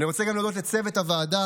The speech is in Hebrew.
אני רוצה להודות גם לצוות הוועדה,